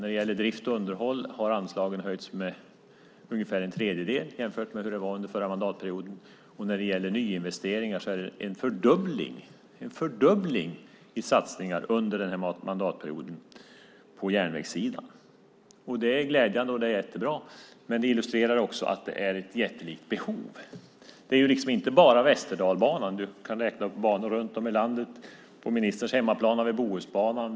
När det gäller drift och underhåll har anslagen höjts med ungefär en tredjedel jämfört med hur det var under den förra mandatperioden. När det gäller nyinvesteringar är det en fördubbling i satsningar under den här mandatperioden på järnvägssidan. Det är glädjande, och det är jättebra. Men det illustrerar också att det är ett jättelikt behov. Det handlar inte bara om Västerdalsbanan. Jag kan räkna upp banor runt om i landet. På ministerns hemmaplan har vi Bohusbanan.